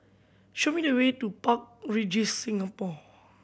show me the way to Park Regis Singapore